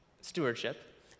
stewardship